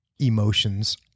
Emotions